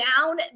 down